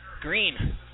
Green